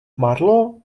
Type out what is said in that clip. marlo